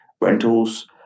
rentals